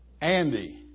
Andy